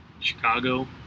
Chicago